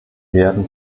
werden